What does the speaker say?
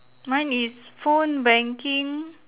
mine is phone banking